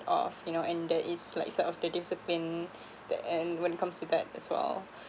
of you know and there is like sort of the discipline that and when it comes to that as well